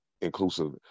inclusive